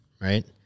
right